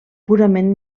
purament